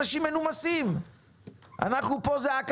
על חשבון אנשים מנומסים.